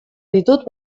ditut